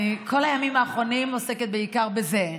כל הימים האחרונים אני עוסקת בעיקר בזה,